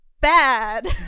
bad